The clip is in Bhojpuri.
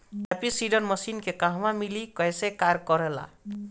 हैप्पी सीडर मसीन के कहवा मिली कैसे कार कर ला?